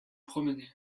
promener